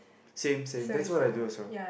same same that's what I do also